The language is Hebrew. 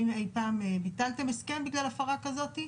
האם אי פעם ביטלתם הסכם בגלל הפרה כזאת?